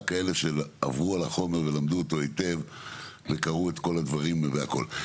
רק כאלה שעברו על החומר ולמדו אותו היטב וקראו את כל הדברים והכול.